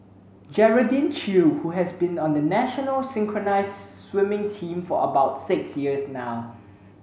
Geraldine Chew who has been on the national synchronised swimming team for about six years now